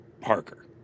Parker